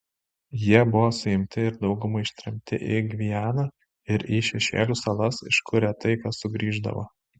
jie buvo suimti ir dauguma ištremti į gvianą ir į seišelių salas iš kur retai kas sugrįždavo